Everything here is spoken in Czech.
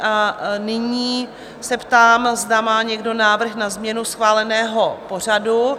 A nyní se ptám, zda má někdo návrh na změnu schváleného pořadu?